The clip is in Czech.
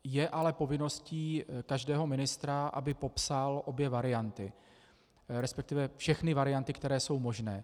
Je ale povinností každého ministra, aby popsal obě varianty, respektive všechny varianty, které jsou možné.